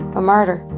a martyr.